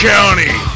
County